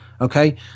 okay